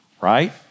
right